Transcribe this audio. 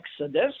Exodus